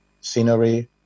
scenery